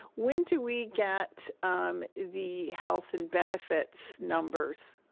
when do we get the health and benefits numbers?